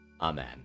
Amen